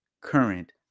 current